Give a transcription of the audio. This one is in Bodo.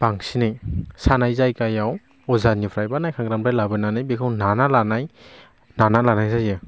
बांसिनै सानाय जायगायाव अजानिफ्राय बा नाखांग्रानिफ्राय लाबोनानै बेखौ नाना लानाय नाना लानाय जायो